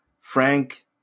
Frank